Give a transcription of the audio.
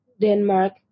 Denmark